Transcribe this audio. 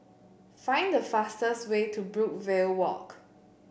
find the fastest way to Brookvale Walk